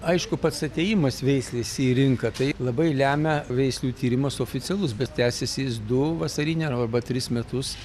aišku pats atėjimas veislės į rinką tai labai lemia veislių tyrimas oficialus bet tęsiasi jis du vasarinę arba tris metus